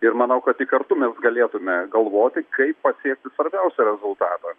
ir manau kad tik kartu mes galėtume galvoti kaip pasiekti svarbiausią rezultatą